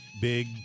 big